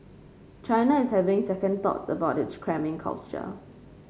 China is having second thoughts about its cramming culture